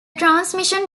transmission